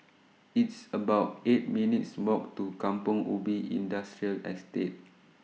It's about eight minutes' Walk to Kampong Ubi Industrial Estate